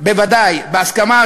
בוודאי בהסכמה,